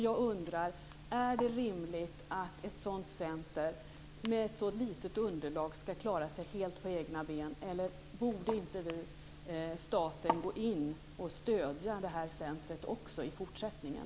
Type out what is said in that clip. Jag undrar: Är det rimligt att ett sådant center, med ett så litet underlag, ska klara sig helt på egen hand? Borde inte staten gå in och stödja det här centret också i fortsättningen?